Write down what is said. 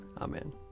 Amen